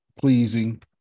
pleasing